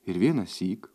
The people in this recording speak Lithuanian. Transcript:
ir vienąsyk